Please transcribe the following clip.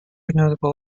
notable